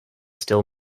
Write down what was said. still